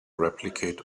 replicate